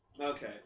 Okay